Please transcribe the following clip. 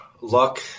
luck